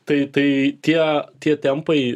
tai tai tie tie tempai